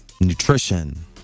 nutrition